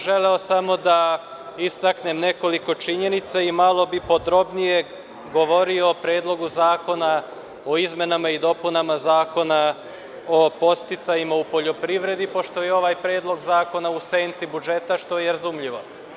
Želeo bih samo da istaknem nekoliko činjenica i malo bi podrobnije govorio o Predlogu zakona o izmenama i dopunama Zakona o podsticajima u poljoprivredi, pošto je ovaj Predlog zakona u senci budžeta, što je i razumljivo.